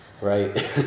right